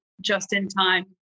just-in-time